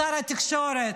שר התקשורת?